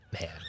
Man